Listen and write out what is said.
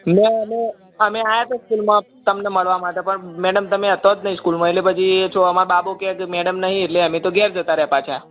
મેં અમે અમે આવ્યા હતા સ્કૂલમાં તમને મળવા માટે પણ મેડમ તમે હતાં જ નહીં સ્કૂલમાં એટલે પછી છે અમારો બાબો કહે મેડમ નથી એટલે અમે તો ઘેર જતા રહ્યા પાછા